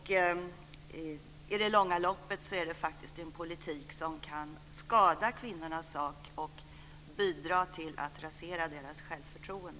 I det långa loppet är det en politik som kan skada kvinnornas sak och bidra till att rasera deras självförtroende.